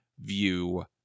view